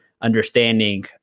understanding